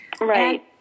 Right